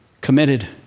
committed